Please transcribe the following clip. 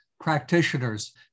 practitioners